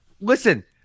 listen